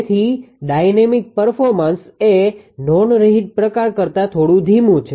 તેથી dynamic performance એ non reheat પ્રકાર કરતા થોડું ધીમું છે